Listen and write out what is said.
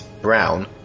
brown